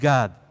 God